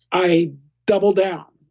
i double down,